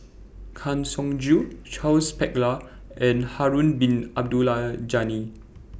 Kang Siong Joo Charles Paglar and Harun Bin Abdul Ghani